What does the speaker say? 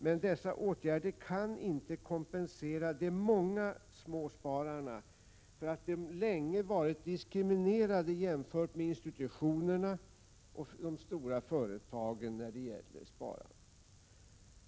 Men dessa åtgärder kan inte kompensera de många småspararna för att de länge varit diskriminerade jämfört med institutionerna och de stora företagen när det gäller sparande.